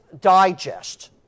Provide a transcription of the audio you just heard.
Digest